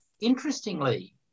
interestingly